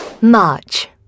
March